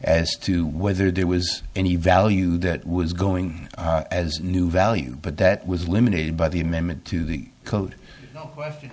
as to whether there was any value that was going as new value but that was limited by the amendment to the code